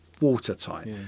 watertight